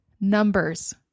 numbers